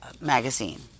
magazine